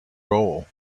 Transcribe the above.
goal